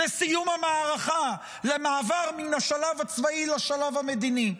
לסיום המערכה, למעבר מן השלב הצבאי לשלב המדיני.